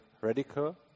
radical